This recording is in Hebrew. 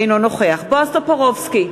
אינו נוכח בועז טופורובסקי,